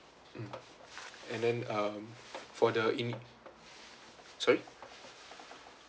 mm and then um for the sorry